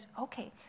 Okay